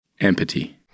Empathy